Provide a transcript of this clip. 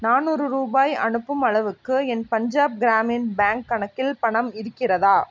நானூறு ரூபாய் அனுப்பும் அளவுக்கு என் பஞ்சாப் கிராமின் பேங்க் கணக்கில் பணம் இருக்கிறதா